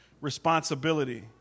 responsibility